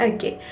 Okay